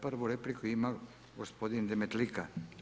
Prvu repliku ima gospodin Demetlika.